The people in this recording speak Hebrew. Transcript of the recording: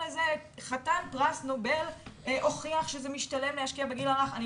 חתן פרס נובל הוכיח שזה משתלם להשקיע בגיל הרך אני